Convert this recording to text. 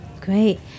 Great